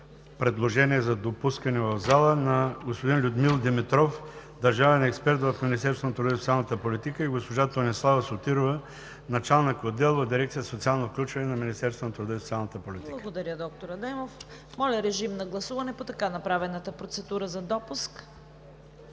предложение за допускане в залата на господин Людмил Димитров – държавен експерт в Министерството на труда и социалната политика, и госпожа Тонислава Сотирова – началник-отдел в дирекция „Социално включване“ на Министерството. ПРЕДСЕДАТЕЛ ЦВЕТА КАРАЯНЧЕВА: Благодаря Ви, доктор Адемов. Моля, режим на гласуване по така направената процедура за допуск.